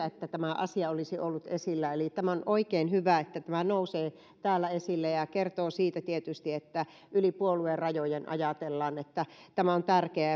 että tämä asia olisi ollut esillä eli on oikein hyvä että tämä nousee täällä esille ja se kertoo siitä tietysti että yli puoluerajojen ajatellaan että tämä on tärkeää